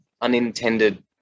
unintended